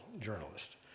journalist